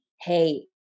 hey